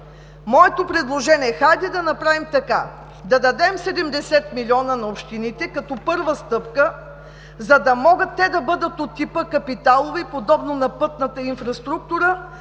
Моето предложение е – хайде да направим така: да дадем 70 милиона на общините като първа стъпка, за да могат те да бъдат от типа капиталови, подобно на пътната инфраструктура,